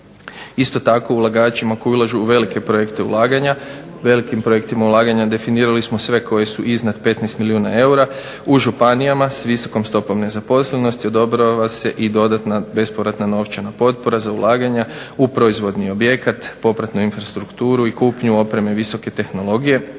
Isto tako ulagačima koji ulažu u velike projekte ulaganja, u velikim projektima ulaganja definirali smo sve koji su iznad 15 milijuna eura u županijama, sa visokom stopom nezaposlenosti odobrava se i dodatna bespovratna novčana potpora za ulaganja u proizvodni objekat, popratnu infrastrukturu i kupnju opreme visoke tehnologije